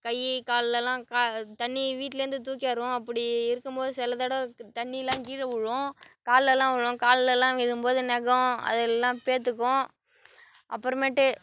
கை காலில் எல்லாம் க தண்ணி வீட்லர்ந்து தூக்கியாருவோம் அப்படி இருக்கும்போது சில தடவை க தண்ணிலாம் கீழ விழும் காலில் எல்லாம் விழும் காலில் எல்லாம் விழும் போது நகம் அதெல்லாம் பேர்த்துக்கும் அப்புறமேட்டு